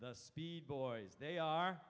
the speed boys they are